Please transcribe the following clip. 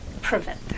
prevent